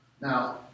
Now